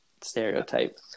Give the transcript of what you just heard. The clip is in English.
stereotype